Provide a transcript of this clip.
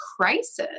crisis